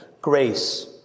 grace